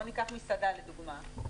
ניקח מסעדה לדוגמה,